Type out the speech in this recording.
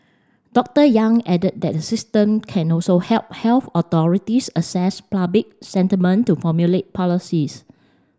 Doctor Yang added that the system can also help health authorities assess public sentiment to formulate policies